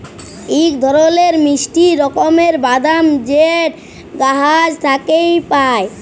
ইক ধরলের মিষ্টি রকমের বাদাম যেট গাহাচ থ্যাইকে পায়